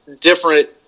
different